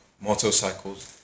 motorcycles